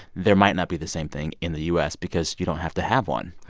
there might not be the same thing in the u s. because you don't have to have one.